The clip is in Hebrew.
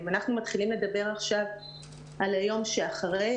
אם אנחנו מתחילים לדבר עכשיו על היום שאחרי,